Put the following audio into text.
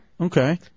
Okay